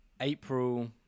april